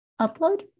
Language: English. Upload